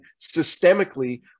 systemically